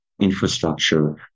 infrastructure